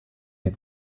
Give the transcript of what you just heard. die